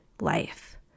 life